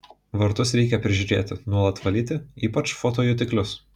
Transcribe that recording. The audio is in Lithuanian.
vartus reikia prižiūrėti nuolat valyti ypač fotojutiklius